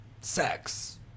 sex